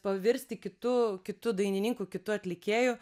pavirsti kitu kitu dainininku kitu atlikėju